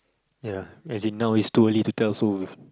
ya as in now is too early to tell so